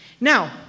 Now